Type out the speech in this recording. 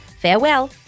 Farewell